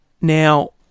Now